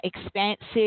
expansive